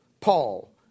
Paul